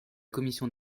commission